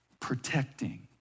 Protecting